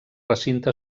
recinte